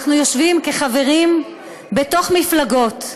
אנחנו יושבים כחברים בתוך מפלגות.